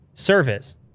service